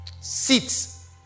seats